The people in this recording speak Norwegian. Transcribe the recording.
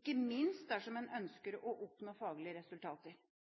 ikke minst dersom en ønsker å oppnå faglige resultater.